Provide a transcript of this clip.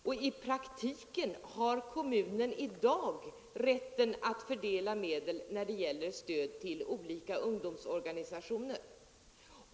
Och i praktiken har kommunen = Förskolan m.m. i dag rätten att fördela medel när det gäller stöd till olika ungdoms organisationer.